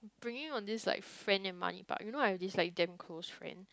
bringing on this like friend and money part you know I have this like damn close friend